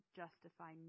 justify